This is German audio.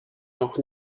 noch